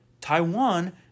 Taiwan